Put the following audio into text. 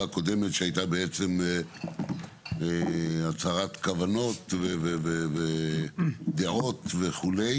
הקודמת שהייתה הצהרת כוונות ודעות וכו'.